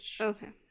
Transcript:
Okay